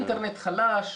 אינטרנט חלש,